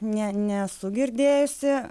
ne nesu girdėjusi